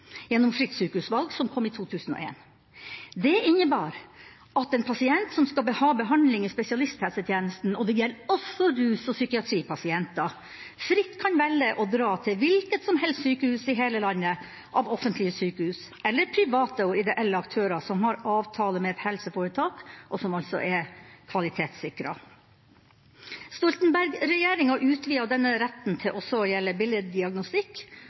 gjennom fritt sykehusvalg, som kom i 2001. Det innebærer at en pasient som skal ha behandling i spesialisthelsetjenesten – det gjelder også rus- og psykiatripasienter – fritt kan velge å dra til hvilket som helst sykehus i hele landet, til offentlige sykehus eller til private og ideelle aktører som har avtale med et helseforetak, og som altså er kvalitetssikret. Stoltenberg-regjeringa utvidet denne retten til også å gjelde billeddiagnostikk,